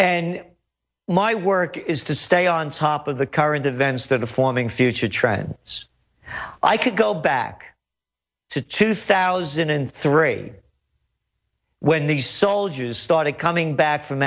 and my work is to stay on top of the current events that are forming future trends i could go back to two thousand and three when these soldiers started coming back from